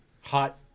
hot